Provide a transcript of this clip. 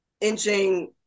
inching